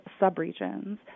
subregions